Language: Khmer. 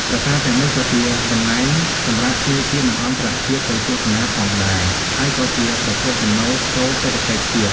ប្រាសាទទាំងនេះក៏ជាកន្លែងសម្រាប់ភ្ញៀវជាតិ និងអន្តរជាតិទៅទស្សនាផងដែរ ហើយក៏ជាប្រភពចំណូលចូលសេដ្ឋកិច្ចជាតិ។